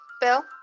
Bill